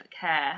care